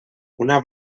una